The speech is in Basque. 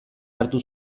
hartu